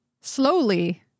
slowly